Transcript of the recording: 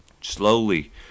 Slowly